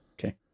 Okay